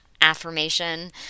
affirmation